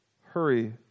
hurry